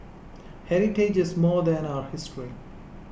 heritage is more than our history